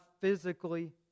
physically